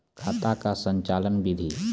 खाता का संचालन बिधि?